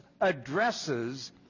addresses